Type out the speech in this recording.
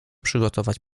przygotować